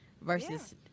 versus